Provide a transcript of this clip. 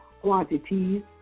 quantities